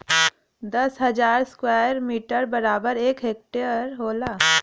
दस हजार square metre बराबर एक हेक्टेयर होला